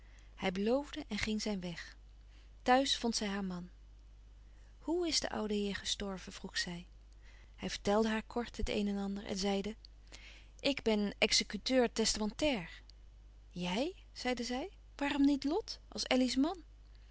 hij beloofde en ging zijn weg thuis vond zij haar man hoe is de oude heer gestorven vroeg zij hij vertelde haar kort het een en ander en zeide ik ben executeur testamentair jij zeide zij waarom niet lot als elly's man